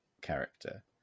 character